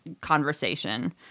conversation